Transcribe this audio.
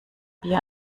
bier